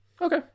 Okay